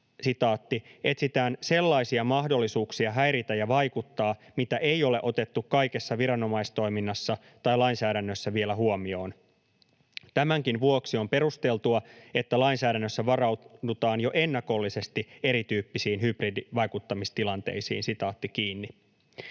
”etsitään sellaisia mahdollisuuksia häiritä ja vaikuttaa, mitä ei ole otettu kaikessa viranomaistoiminnassa tai lainsäädännössä vielä huomioon. Tämänkin vuoksi on perusteltua, että lainsäädännössä varaudutaan jo ennakollisesti erityyppisiin hybridivaikuttamistilanteisiin.” Eli